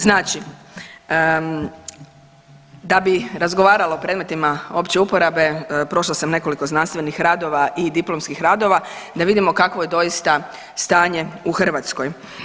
Znači da bi razgovarala o predmetima opće uporabe prošla sam nekoliko znanstvenih radova i diplomskih radova da vidimo kakvo je doista stanje u Hrvatskoj.